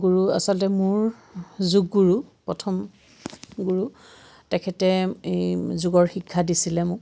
গুৰু আচলতে মোৰ যোগ গুৰু প্ৰথম গুৰু তেখেতে এই যোগৰ শিক্ষা দিছিলে মোক